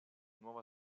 nuova